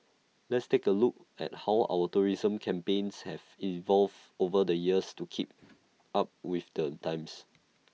let's take A look at how our tourism campaigns have evolved over the years to keep up with the times